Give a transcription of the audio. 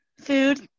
Food